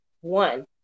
One